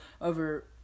over